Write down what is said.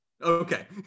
Okay